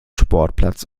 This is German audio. sportplatz